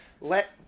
let